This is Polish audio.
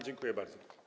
Dziękuję bardzo.